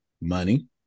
Money